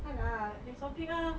tak nak next topic ah